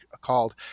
called